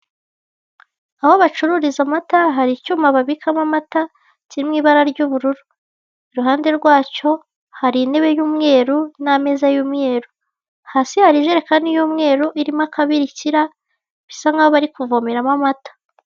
Aho bacururiza amata hari icyuma babikamo amata kiri mu ibara ry'ubururu, iruhande rwacyo hari intebe y'umweru n'ameza y'umweru, hasi hari ijerekani y'umweru irimo akabirikira bisa nkaho bari kuvomeramo amata.